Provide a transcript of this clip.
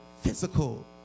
physical